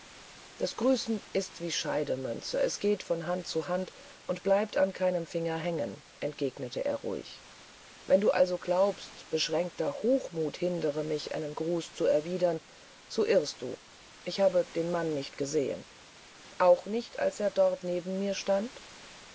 das grüßen ist wie scheidemünze es geht von hand zu hand und bleibt an keinem finger hängen entgegnete er ruhig wenn du also glaubst beschränkter hochmut hindere mich einen gruß zu erwidern so irrst du ich habe den mann nicht gesehen auch nicht als er dort neben mir stand